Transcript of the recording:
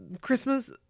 Christmas